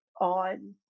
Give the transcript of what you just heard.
on